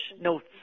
notes